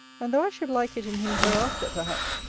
and though i should like it in him hereafter perhaps,